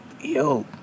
Yo